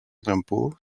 l’impôt